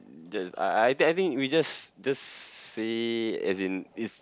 I I think I think we just just say as in it's